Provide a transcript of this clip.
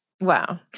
Wow